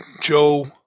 Joe